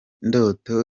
ndoto